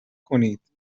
کنید